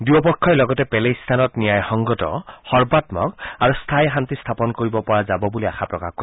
দুয়োপক্ষই লগতে পেলেষ্টাইনত ন্যায়সংগত সৰ্বাম্মক আৰু স্থায়ী শান্তি স্থাপন কৰিব পৰা যাব বুলি আশা প্ৰকাশ কৰে